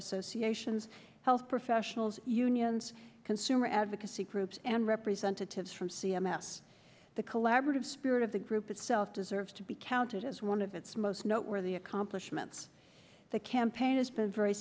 associations health professionals unions consumer advocacy groups and representatives from c m s the collaborative spirit of the group itself deserves be counted as one of its most noteworthy accomplishments the campaign has been very